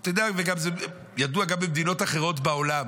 זה גם ידוע במדינות אחרות בעולם,